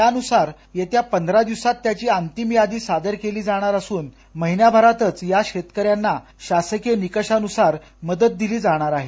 त्यानुसार येत्या पंधरा दिवसात त्याची अंतिम यादी सादर केली जाणार असुन महिन्याभरातच या शेतकऱ्यांना शासकीय निकषानुसार मदत दिली जाणार आहे